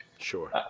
Sure